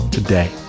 Today